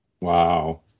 Wow